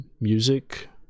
music